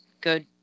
Good